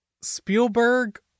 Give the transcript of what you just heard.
Spielberg